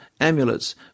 amulets